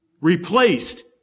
replaced